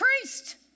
priest